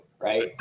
right